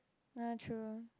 ah true